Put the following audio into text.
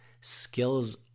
skills